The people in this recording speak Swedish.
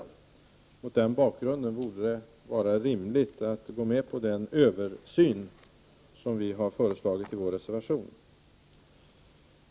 Mot den bakgrunden vore det rimligt att gå med på den översyn som vi har föreslagit i vår reservation.